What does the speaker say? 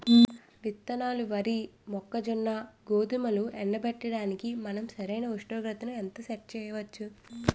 విత్తనాలు వరి, మొక్కజొన్న, గోధుమలు ఎండబెట్టడానికి మనం సరైన ఉష్ణోగ్రతను ఎంత సెట్ చేయవచ్చు?